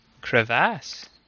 crevasse